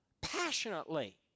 Passionately